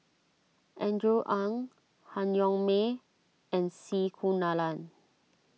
Andrew Ang Han Yong May and C Kunalan